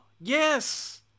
Yes